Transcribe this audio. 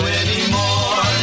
anymore